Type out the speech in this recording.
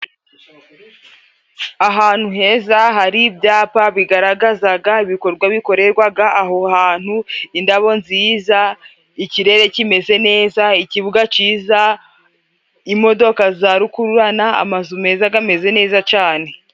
Ahantu heza ,hari ibyapa bigaragazaga ibikorwa bikorerwaga aho hantu, indabo nziza, ikirere kimeze neza ,ikibuga ciza , imodoka za rukururana, amazu meza gameze neza cane.